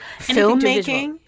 Filmmaking